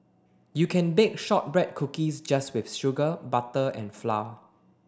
you can bake shortbread cookies just with sugar butter and flour